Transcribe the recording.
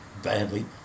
badly